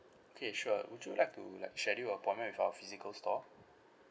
okay sure would you like to like schedule appointment with our physical store